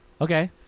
Okay